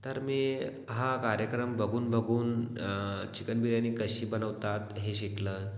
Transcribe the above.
तर मी हा कार्यक्रम बघून बघून चिकन बिर्यानी कशी बनवतात हे शिकलं